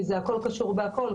כי זה הכול קשור בהכול.